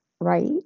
right